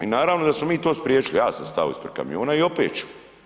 I naravno da smo mi to spriječili, ja sam stao ispred kamiona i opet ću.